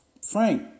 Frank